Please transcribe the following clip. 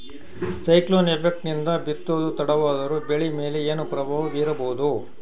Cyclone effect ನಿಂದ ಬಿತ್ತೋದು ತಡವಾದರೂ ಬೆಳಿ ಮೇಲೆ ಏನು ಪ್ರಭಾವ ಬೀರಬಹುದು?